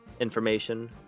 information